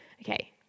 Okay